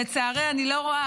לצערי אני לא רואה,